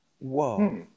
Whoa